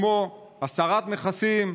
כמו הסרת מכסים,